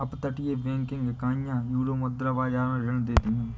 अपतटीय बैंकिंग इकाइयां यूरोमुद्रा बाजार में ऋण देती हैं